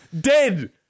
dead